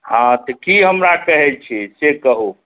हँ तऽ की हमरा कहै छी से कहू